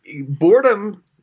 boredom